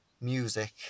music